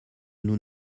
nous